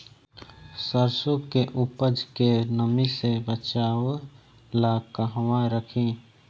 सरसों के उपज के नमी से बचावे ला कहवा रखी?